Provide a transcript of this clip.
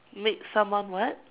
made someone what